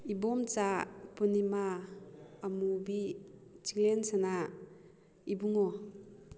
Ibomcha Purnima Amubi Chinglensana Ibungo